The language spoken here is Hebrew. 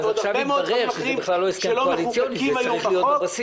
ועוד הרבה מאוד דברים אחרים שלא מחוקקים היום בחוק.